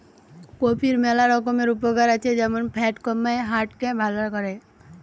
কফির ম্যালা রকমের উপকার আছে যেমন ফ্যাট কমায়, হার্ট কে ভাল করে